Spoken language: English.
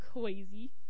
crazy